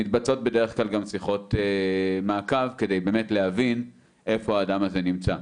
מתבצעות בדרך כלל גם שיחות מעקב כדי להבין איפה האדם הזה נמצא.